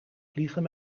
vliegen